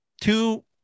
two